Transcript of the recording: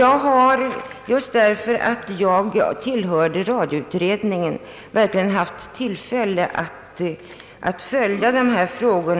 Jag har, just för att jag tillhörde radioutredningen, verkligen haft tillfälle att följa dessa frågor.